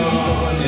on